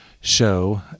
show